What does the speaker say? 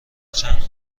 چند